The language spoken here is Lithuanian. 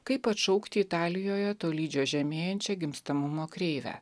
kaip atšaukti italijoje tolydžio žemėjančią gimstamumo kreivę